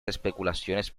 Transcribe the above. especulaciones